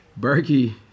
Berkey